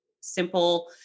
simple-